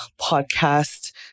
podcast